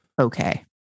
Okay